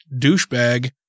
douchebag